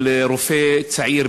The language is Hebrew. של רופא צעיר,